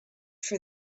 for